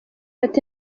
ati